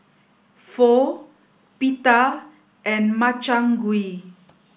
Pho Pita and Makchang Gui